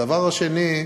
הדבר השני,